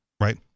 right